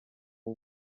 w’u